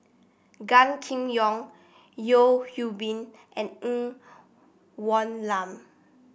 Gan Kim Yong Yeo Hwee Bin and Ng Woon Lam